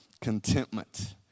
Contentment